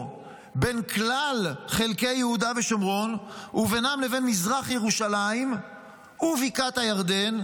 בין כלל חלקי יהודה ושומרון ובינם לבין מזרח ירושלים ובקעת הירדן,